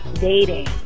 dating